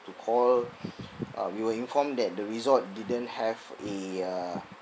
to call uh we were informed that the resort didn't have a uh